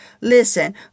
listen